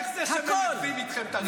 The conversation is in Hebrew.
איך זה שהם מנגבים איתכם את הרצפה?